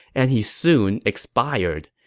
and he soon expired.